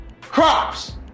crops